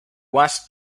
was